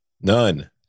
None